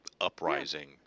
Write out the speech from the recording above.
uprising